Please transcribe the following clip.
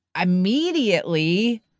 immediately